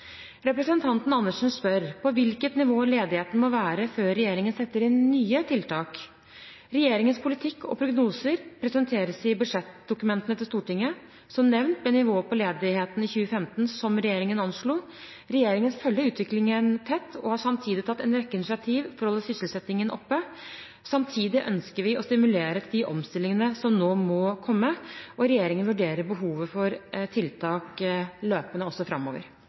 Representanten Andersen spør på hvilket nivå ledigheten må være før regjeringen setter inn nye tiltak. Regjeringens politikk og prognoser presenteres i budsjettdokumentene til Stortinget. Som nevnt ble nivået på ledigheten i 2015 slik regjeringen anslo. Regjeringen følger utviklingen tett og har samtidig tatt en rekke initiativ for å holde sysselsettingen oppe. Samtidig ønsker vi å stimulere til de omstillingene som nå må komme. Regjeringen vurderer behovet for tiltak løpende også framover.